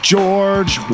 George